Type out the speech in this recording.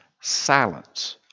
silence